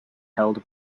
held